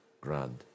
grand